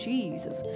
Jesus